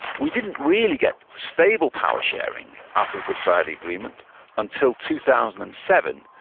we didn't really get stable power sharing after the good friday agreement until two thousand and seven,